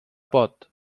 pot